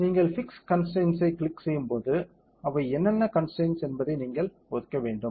நீங்கள் fix constraints ஐ click செய்யும்போது அவை என்னென்ன கன்ஸ்டரைன்ஸ் என்பதை நீங்கள் ஒதுக்க வேண்டும்